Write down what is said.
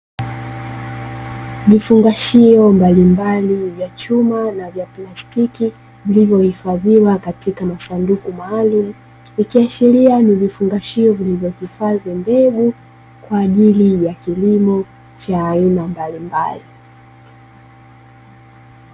Vifungashio mbalimbali vya chuma na vya plastiki, vilivyohifadhiwa katika masanduku maalumu, ikiashiria ni vifungashio vilivyohifadhi mbegu, kwa ajili ya kilimo cha aina mbalimbali.